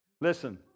Listen